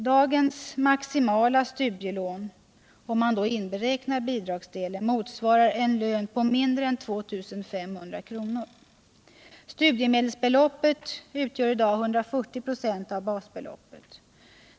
Dagens maximala studielån, inkl. bidragsdelen, motsvarar en lön på mindre än 2 500 kr. Studiemedelsbeloppet utgör i dag 140 96 av basbeloppet.